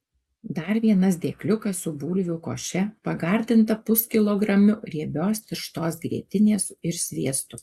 dar vienas dėkliukas su bulvių koše pagardinta puskilogramiu riebios tirštos grietinės ir sviestu